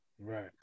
Right